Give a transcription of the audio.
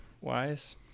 wise